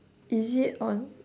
is it on